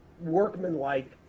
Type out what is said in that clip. workmanlike